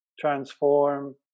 transform